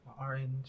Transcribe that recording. orange